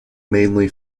mainly